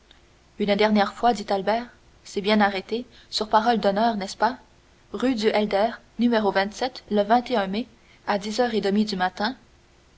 une dernière fois dit albert c'est bien arrêté sur parole d'honneur n'est-ce pas rue du helder no le mai à dix heures et demie du matin